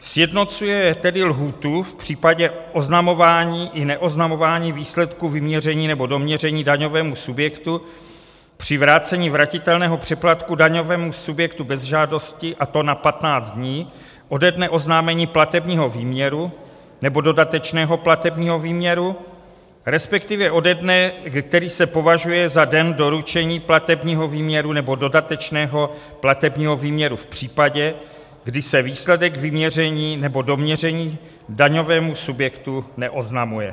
Sjednocuje tedy lhůtu v případě oznamování i neoznamování výsledku vyměření nebo doměření daňovému subjektu při vrácení vratitelného přeplatku daňovému subjektu bez žádosti, a to na 15 dní ode dne oznámení platebního výměru nebo dodatečného platebního výměru, resp. ode dne, který se považuje za den doručení platebního výměru nebo dodatečného platebního výměru v případě, kdy se výsledek vyměření nebo doměření daňovému subjektu neoznamuje.